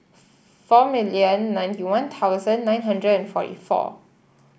four million ninety One Thousand nine hundred and forty four